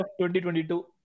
2022